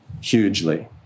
hugely